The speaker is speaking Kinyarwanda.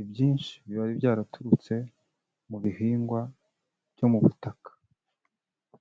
ibyinshi biba byaraturutse mu bihingwa byo mu butaka.